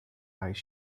eyes